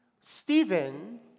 Stephen